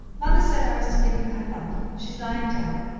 mother said i was to give you her love. she's lying down.